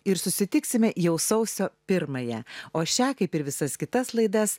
ir susitiksime jau sausio pirmąją o šią kaip ir visas kitas laidas